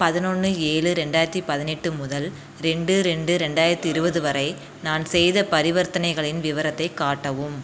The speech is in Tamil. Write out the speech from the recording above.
பதினொன்று ஏழு ரெண்டாயிரத்து பதினெட்டு முதல் ரெண்டு ரெண்டு ரெண்டாயிரத்து இருபது வரை நான் செய்த பரிவர்த்தனைகளின் விவரத்தை காட்டவும்